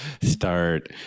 start